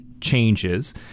changes